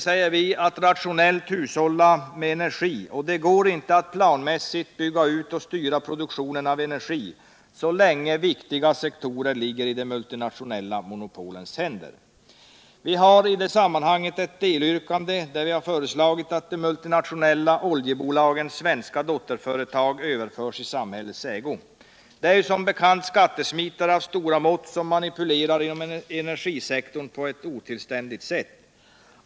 säger vi, att rationellt hushålla med energi och det går inte att planmässigt bygga ut och styra produktionen av energi, så länge viktiga sektorer ligger i de multinationella monopolens händer. Vi har i det sammanhanget et detlyrkande, där vi föreslår att de multinationella oljebolagens svenska dotterföretag överförs i samhällets ägo. Det är ju som bekant skattesmitare av stora mått som på ctt otillständigt sätt manipulerar inom energisektorn.